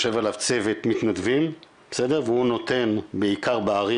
יושב עליו צוות מתנדבים והוא נותן בעיקר בערים,